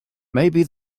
maybe